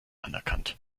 anerkannt